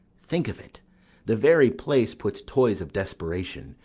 think of it the very place puts toys of desperation,